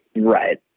Right